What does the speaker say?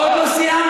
עוד לא סיימתי.